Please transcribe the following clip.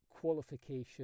qualification